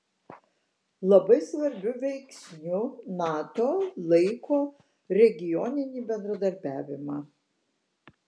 labai svarbiu veiksniu nato laiko regioninį bendradarbiavimą